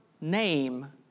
name